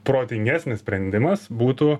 protingesnis sprendimas būtų